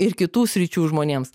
ir kitų sričių žmonėms